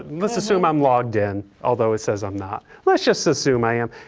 let's assume i'm logged in, although it says i'm not, let's just assume i am.